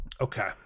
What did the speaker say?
Okay